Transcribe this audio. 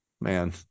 Man